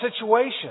situation